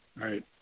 right